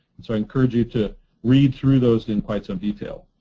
and so i encourage you to read through those in quite some detail